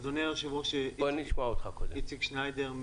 אדוני היושב-ראש, אני איציק שניידר,